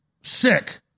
sick